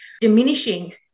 diminishing